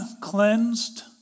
cleansed